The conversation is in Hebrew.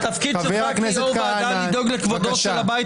התפקיד שלך כיו"ר ועדה לדאוג לכבודו של הבית